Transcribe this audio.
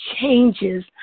changes